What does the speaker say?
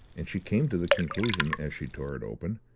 and she came to the conclusion, as she tore it open,